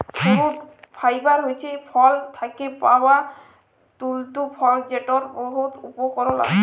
fruit fibre হছে ফল থ্যাকে পাউয়া তল্তু ফল যেটর বহুত উপকরল আছে